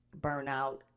burnout